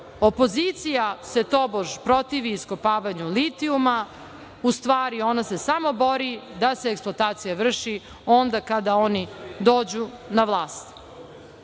opozicija se tobož protivi iskopavanju litijuma. U stvari, ona se samo bori da se eksploatacija vrši onda kada oni dođu na vlast.